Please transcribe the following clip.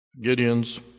Gideon's